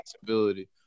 possibility